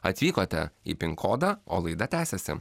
atvykote į pinkodą o laida tęsiasi